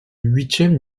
huitième